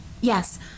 yes